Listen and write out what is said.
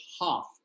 half